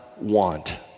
want